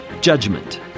judgment